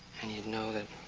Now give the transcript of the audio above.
and you'd know that